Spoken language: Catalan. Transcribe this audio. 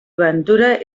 ventura